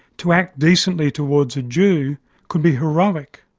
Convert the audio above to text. to act decently towards a jew could be heroic.